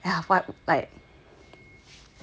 ya but like